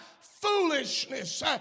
foolishness